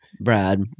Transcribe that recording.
Brad